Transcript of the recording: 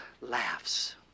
laughs